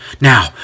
Now